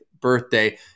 birthday